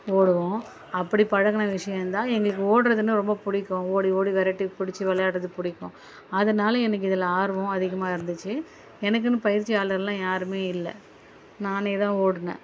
ஓடுவோம் அப்படி பழகுன விஷயம் தான் எங்களுக்கு ஓடுறதுன்னா ரொம்ப பிடிக்கும் ஓடி ஓடி விரட்டி பிடிச்சி விளையாடுறது பிடிக்கும் அதனால எனக்கு இதில் ஆர்வம் அதிகமாக இருந்துச்சு எனக்குன்னு பயிற்சியாளரெலாம் யாருமே இல்லை நானே தான் ஓடுனேன்